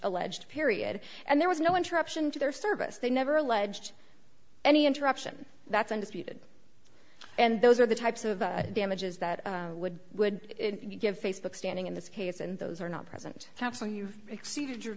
alleged period and there was no interruption to their service they never alleged any interruption that's undisputed and those are the types of damages that would would give facebook standing in this case and those are not present thompson you've exceeded your